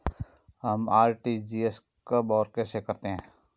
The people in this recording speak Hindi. हम आर.टी.जी.एस कब और कैसे करते हैं?